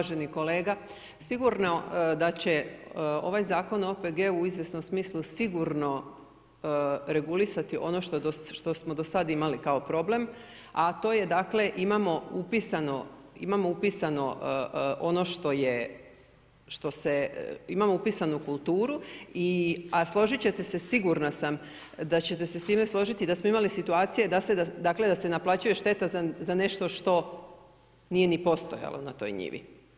Uvaženi kolega, sigurno da će ovaj Zakon o OPG-u u izvjesnom smislu, sigurno regulirati ono što smo do sada imali kao problem, a to je dakle, imamo upisano ono što je, što se, imamo u pisanu kulturu i a složiti ćete se sigurna sam, da ćete se s time složiti, da smo imali situacije, dakle da se naplaćuje šteta za nešto što nije ni postojalo na toj njivi.